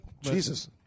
Jesus